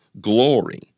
glory